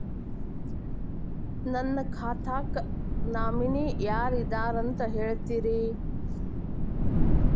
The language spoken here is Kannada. ನನ್ನ ಖಾತಾಕ್ಕ ನಾಮಿನಿ ಯಾರ ಇದಾರಂತ ಹೇಳತಿರಿ?